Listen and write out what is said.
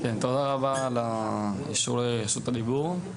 תודה רבה על האישור לרשות הדיבור,